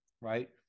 right